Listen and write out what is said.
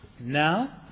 Now